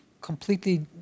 completely